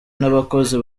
n’abakozi